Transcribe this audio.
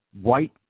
white